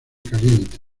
caliente